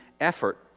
effort